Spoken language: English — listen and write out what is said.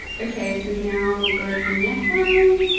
okay. so and now we'll go for neckline.